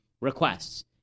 requests